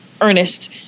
Ernest